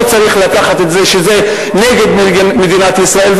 לא צריך לקחת את זה שזה נגד מדינת ישראל.